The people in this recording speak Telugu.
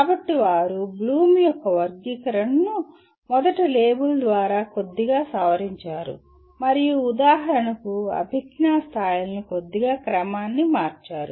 కాబట్టి వారు బ్లూమ్ యొక్క వర్గీకరణను మొదట లేబుల్ ద్వారా కొద్దిగా సవరించారు మరియు ఉదాహరణకు అభిజ్ఞా స్థాయిలను కొద్దిగా క్రమాన్ని మార్చారు